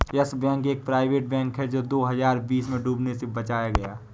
yes Bank एक private bank है जो दो हज़ार बीस में डूबने से बचाया गया